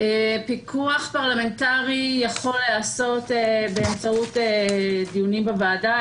פיקוח פרלמנטרי יכול להיעשות באמצעות דיונים בוועדה,